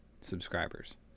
subscribers